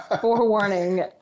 Forewarning